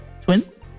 twins